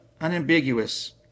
unambiguous